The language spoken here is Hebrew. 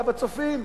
היה ב"צופים".